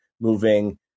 moving